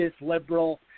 liberal